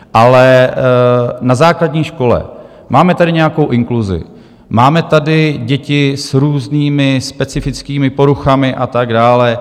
Ale na základní škole máme tady nějakou inkluzi, máme tady děti s různými specifickými poruchami a tak dále.